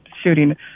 shooting